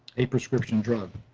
a prescription drug